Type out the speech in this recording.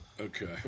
okay